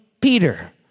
Peter